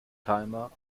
timer